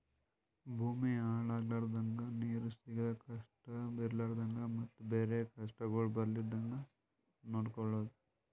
ಭೂಮಿ ಹಾಳ ಆಲರ್ದಂಗ, ನೀರು ಸಿಗದ್ ಕಷ್ಟ ಇರಲಾರದಂಗ ಮತ್ತ ಬೇರೆ ಕಷ್ಟಗೊಳ್ ಬರ್ಲಾರ್ದಂಗ್ ನೊಡ್ಕೊಳದ್